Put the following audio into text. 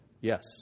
Yes